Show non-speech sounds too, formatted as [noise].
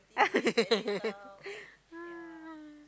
[laughs] ah